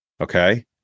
Okay